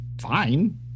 fine